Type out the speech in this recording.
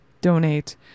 Donate